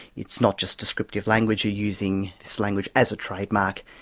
it's not just descriptive language, you're using this language as a trademark,